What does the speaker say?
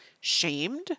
shamed